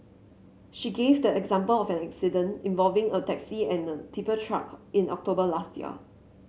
she gave the example of an accident involving a taxi and a tipper truck in October last year